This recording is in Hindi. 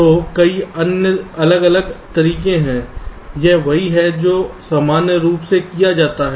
तो कई अलग अलग तरीके हैं यह वही है जो सामान्य रूप से किया जाता है